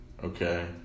okay